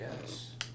yes